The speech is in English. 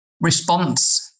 response